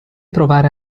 trovare